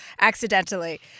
accidentally